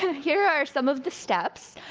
here are some of the steps.